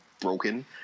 broken